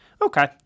Okay